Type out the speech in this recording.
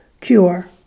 cure